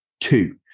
Two